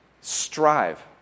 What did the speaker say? Strive